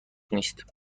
نیست